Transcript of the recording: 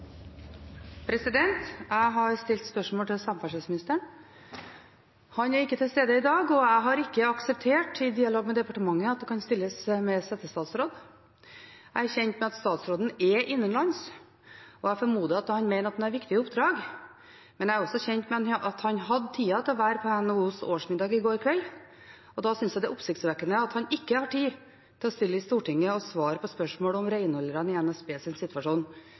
og jeg har ikke akseptert, i dialogen med departementet, at det kan stilles til en settestatsråd. Jeg er kjent med at statsråden er innenlands, og jeg formoder at han mener at han har viktige oppdrag. Jeg er også kjent med at han hadde tid til å være på NHOs årsmiddag i går kveld, og da syns jeg det er oppsiktsvekkende at han ikke har tid til å stille i Stortinget og svare på spørsmål om situasjonen for renholderne i NSB.